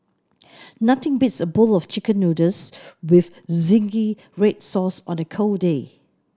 nothing beats a bowl of chicken noodles with zingy red sauce on a cold day